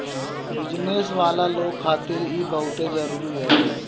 business वाला लोग खातिर इ बहुते जरुरी हवे